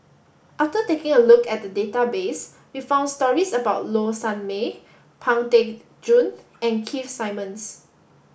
after taking a look at the database we found stories about Low Sanmay Pang Teck Joon and Keith Simmons